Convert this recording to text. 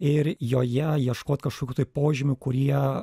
ir joje ieškot kažkokių tai požymių kurie